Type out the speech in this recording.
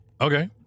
Okay